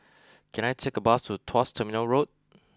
can I take a bus to Tuas Terminal Road